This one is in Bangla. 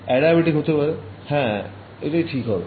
Adiabatic হতে পারে হ্যাঁ এতাই ঠিক হবে